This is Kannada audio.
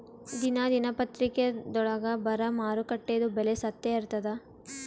ದಿನಾ ದಿನಪತ್ರಿಕಾದೊಳಾಗ ಬರಾ ಮಾರುಕಟ್ಟೆದು ಬೆಲೆ ಸತ್ಯ ಇರ್ತಾದಾ?